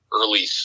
early